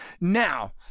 now